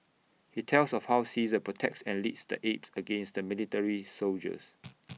he tells of how Caesar protects and leads the apes against the military soldiers